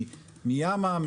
מ'יאמה',